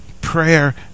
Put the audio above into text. prayer